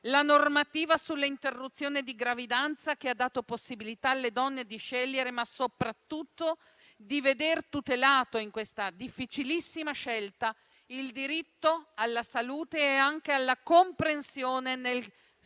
la normativa sull'interruzione di gravidanza, che ha dato possibilità alle donne di scegliere, ma soprattutto di veder tutelato, in tale difficilissima scelta, il diritto alla salute e anche alla comprensione nel sistema